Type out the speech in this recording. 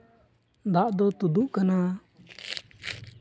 ᱫᱟᱜ ᱫᱚ ᱛᱩᱫᱩᱜ ᱠᱟᱱᱟ